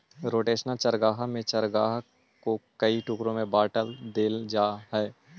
rotational चारागाह में चारागाह को कई टुकड़ों में बांट देल जा हई